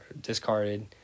discarded